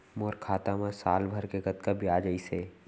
मोर खाता मा साल भर के कतका बियाज अइसे?